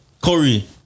Corey